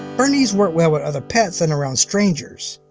bernese work well with other pets and around strangers.